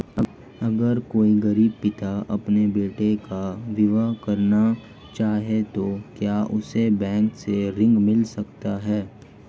अगर कोई गरीब पिता अपनी बेटी का विवाह करना चाहे तो क्या उसे बैंक से ऋण मिल सकता है?